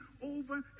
over